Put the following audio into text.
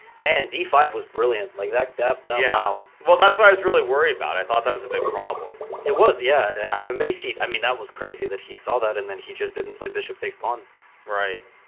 man d five was brilliant like that that wow well that's what i was really worried about i thought that was a big problem it was yeah i'm a macy i mean that was crazy that he saw that and then he just didn't play bishop takes pawn right